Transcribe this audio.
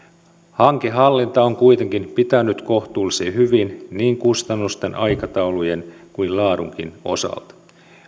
hankehallinta on kuitenkin pitänyt kohtuullisen hyvin niin kustannusten aikataulujen kuin laadunkin osalta